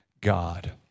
god